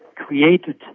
created